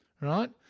right